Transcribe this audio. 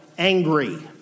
angry